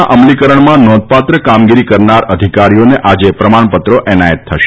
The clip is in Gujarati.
ના અમલીકરણમાં નોંધપાત્ર કામગીરી કરનારા અધિકારીઓને આજે પ્રમાણપત્રો એનાયત થશે